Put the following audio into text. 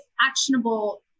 actionable